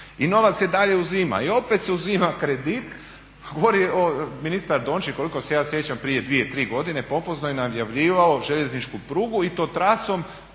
I novac se dalje uzima i opet se uzima kredit. Govorio je ministar Dončić koliko se ja sjećam prije 2, 3 godine, pompozno je najavljivao željezničku prugu i to trasom